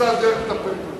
נמצא דרך לטפל בזה.